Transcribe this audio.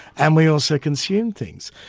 and we also consumed things.